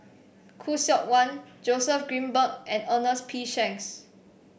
Khoo Seok Wan Joseph Grimberg and Ernest P Shanks